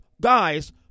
guys